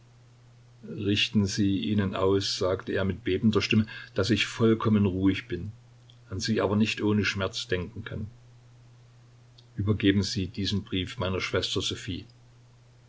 richten sie ihnen aus sagte er mit bebender stimme daß ich vollkommen ruhig bin an sie aber nicht ohne schmerz denken kann übergeben sie diesen brief meiner schwester